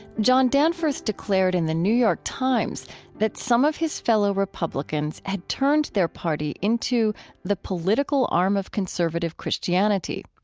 john danforth declared in the new york times that some of his fellow republicans had turned their party into the political arm of conservative christianity.